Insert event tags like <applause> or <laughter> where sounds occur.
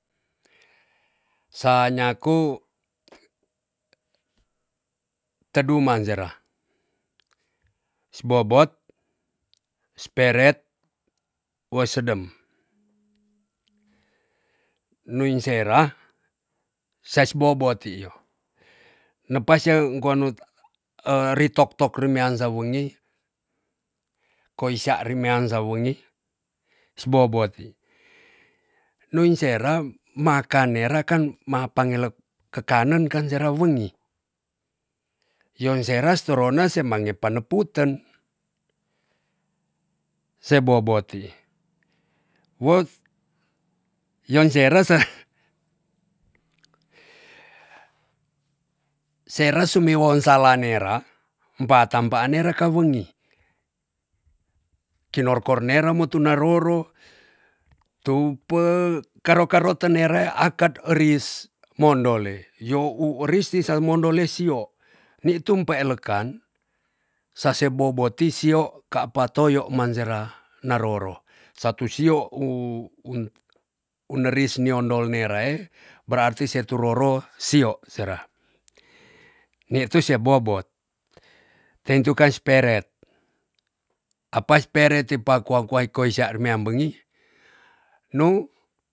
Sa nyaku teduman sera. si bobot, si peret wes sedem. nuin sera sais bobot ti yo. nepa sea kuan nu <hesitation> ritok tok rimean sawengi ko sya rimean sawengi si bobot ti. nuin sera makan nera kan ma pangelek kekanen kan sera wengi yon sera torona semange paneputen sebobo ti. wos yon sera <laughs> sera sumiwon sala nera ba tampaan nera ka wengi. kinor kor nera mo tuna roro tum pe karo karoten nera akat eris mondole yo u werisi san mondole siok nik tum peen lekan sase boboti sio kapa toyo man sera na roro. satu sio un- un neris niondol nerea berarti se to roro sio sera. ni tu se bobot teintukan seperet apas peretti pakua kua ikoi sea remeabengi nu